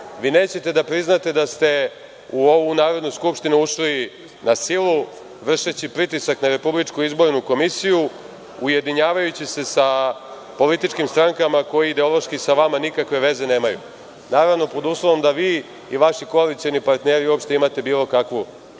vi nećete da priznate da ste u ovu Narodnu skupštinu ušli na silu, vršeći pritisak na RIK, ujedinjavajući se sa političkim strankama, koje ideološki sa vama nikakve veze nemaju, naravno pod uslovom da vi i vaši koalicioni partneri uopšte imate bilo kakvu